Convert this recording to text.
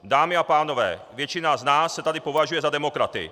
Dámy a pánové, většina z nás se tady považuje za demokraty.